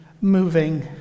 moving